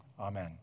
Amen